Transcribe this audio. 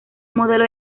modelo